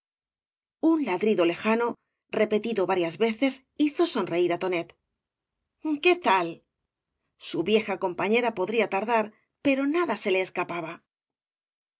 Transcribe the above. un ladrido lejano repetido varias veces hizo sonreír á tonet qué tal su vieja compañera podría tardar pero nada se le escapaba